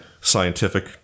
scientific